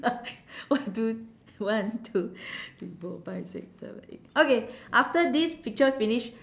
one two one two three four five six seven eight okay after this picture finish